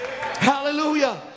Hallelujah